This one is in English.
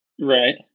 Right